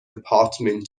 apartment